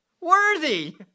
worthy